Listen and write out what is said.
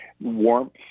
warmth